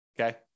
Okay